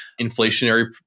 inflationary